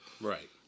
Right